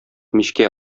мичкә